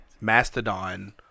Mastodon